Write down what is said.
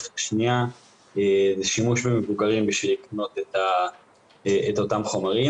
השניה שימוש במבוגרים כדי לקנות את אותם חומרים.